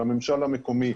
של הממשל המקומי.